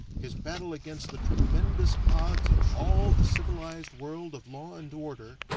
his battle against the tremendous odds of all the civilized world of law and order,